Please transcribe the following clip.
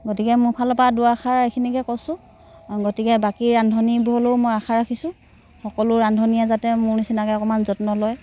গতিকে মোৰ ফালৰ পৰা দুআষাৰ এইখিনিকে কৈছোঁ গতিকে বাকি ৰান্ধনিবোৰলৈও মই আশা ৰাখিছোঁ সকলো ৰান্ধনিয়ে যাতে মোৰ নিচিনাকৈ অকণমান যত্ন লয়